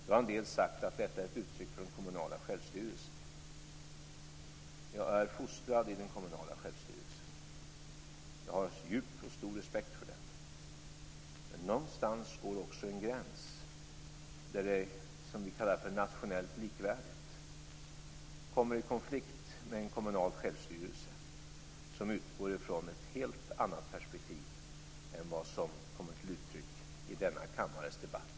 Nu har en del sagt att detta är ett uttryck för den kommunala självstyrelsen. Jag är fostrad i den kommunala självstyrelsen. Jag har en djup och stor respekt för den, men någonstans går också en gräns där det som vi kallar nationellt likvärdigt kommer i konflikt med en kommunal självstyrelse som utgår från ett helt annat perspektiv än vad som kommer till uttryck i denna kammares debatter.